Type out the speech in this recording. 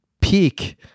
peak